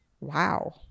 Wow